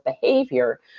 behavior